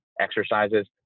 exercises